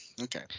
Okay